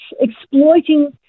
exploiting